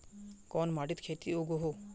कोन माटित खेती उगोहो?